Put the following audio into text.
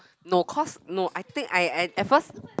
no cause no I think I I at first